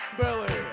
Billy